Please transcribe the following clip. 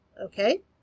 Okay